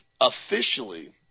officially